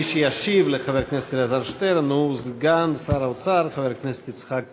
מי שישיב לחבר הכנסת אלעזר שטרן הוא סגן שר האוצר חבר הכנסת יצחק כהן.